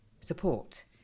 support